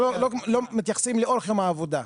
לא, מתייחסים לאורך יום העבודה,